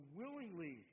willingly